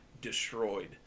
destroyed